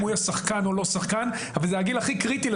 הוא יהיה שחקן או לא אבל זה הגיל הכי קריטי.